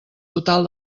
total